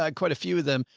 like quite a few of them.